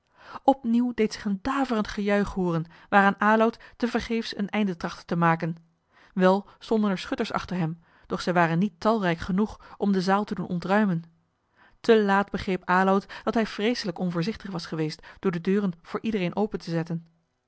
opnieuw deed zich een daverend gejuich hooren waaraan aloud tevergeefs een einde trachtte te maken wel stonden er schutters achter hem doch zij waren niet talrijk genoeg om de zaal te doen ontruimen te laat begreep aloud dat hij vreeselijk onvoorzichtig was geweest door de deuren voor iedereen open te zetten